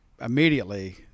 immediately